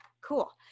cool